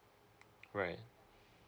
right